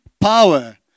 power